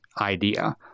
idea